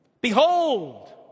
Behold